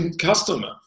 customer